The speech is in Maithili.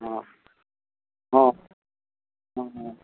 हँ हँ हँ